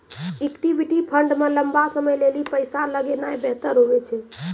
equity fund मे लंबा समय लेली पैसा लगौनाय बेहतर हुवै छै